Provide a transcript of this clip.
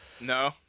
No